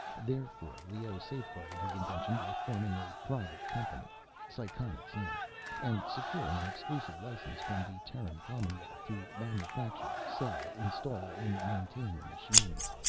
therefore leoh safeguarded his invention by forming a private company psychonics, inc and securing an exclusive license from the terran commonwealth to manufacture, sell, install and maintain the machines.